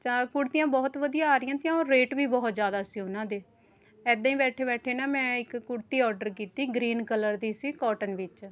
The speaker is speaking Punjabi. ਚਾ ਕੁੜਤੀਆਂ ਬਹੁਤ ਵਧੀਆ ਆ ਰਹੀਆਂ ਤੀਆਂ ਔਰ ਰੇਟ ਵੀ ਬਹੁਤ ਜ਼ਿਆਦਾ ਸੀ ਉਹਨਾਂ ਦੇ ਇੱਦਾਂ ਹੀ ਬੈਠੇ ਬੈਠੇ ਨਾ ਮੈਂ ਇੱਕ ਕੁੜਤੀ ਆਰਡਰ ਕੀਤੀ ਗਰੀਨ ਕਲਰ ਦੀ ਸੀ ਕੋਟਨ ਵਿੱਚ